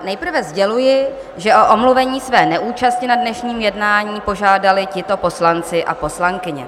Nejprve sděluji, že o omluvení své neúčasti na dnešním jednání požádali tito poslanci a poslankyně.